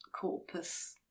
Corpus